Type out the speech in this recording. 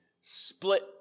split